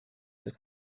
his